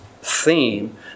theme